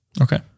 Okay